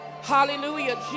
Hallelujah